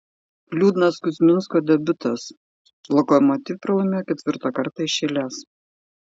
liūdnas kuzminsko debiutas lokomotiv pralaimėjo ketvirtą kartą iš eilės